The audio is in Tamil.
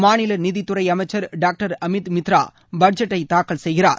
மாநில நிதித்துறை அமைச்சர் டாக்டர் அமீத் மித்ரா அவையில் பட்ஜெட்டை தாக்கல் செய்கிறார்